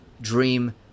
Dream